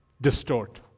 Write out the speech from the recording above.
distort